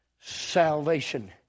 salvation